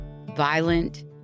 violent